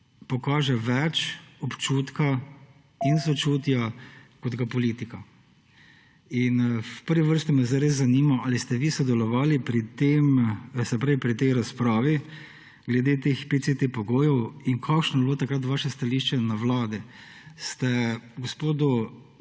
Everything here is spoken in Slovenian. pokaže več občutka in sočutja kot ga politika. V prvi vrsti me res zanima: Ali ste vi sodelovali pri tej razpravi glede teh PCT pogojev? Kakšno je bilo takrat vaše stališče na vladi? Ste gospodu